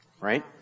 right